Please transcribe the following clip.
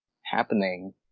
happening